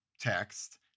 text